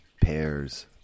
pears